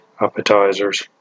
appetizers